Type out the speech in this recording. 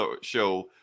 show